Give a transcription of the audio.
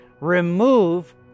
Remove